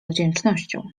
wdzięcznością